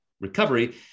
recovery